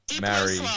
marry